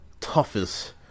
toughest